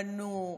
בנו,